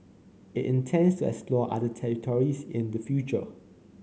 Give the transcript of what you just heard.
it intends to explore other territories in the future